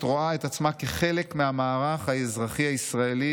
רואה את עצמה כחלק מהמערך האזרחי הישראלי,